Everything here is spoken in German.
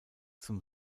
zum